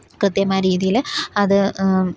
കൃത്യമായ രീതിയിൽ അത്